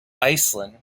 iceland